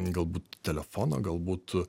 galbūt telefoną galbūt